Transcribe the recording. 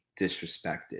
disrespected